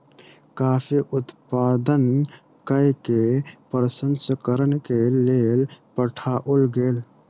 coffee उत्पादन कय के प्रसंस्करण के लेल पठाओल गेल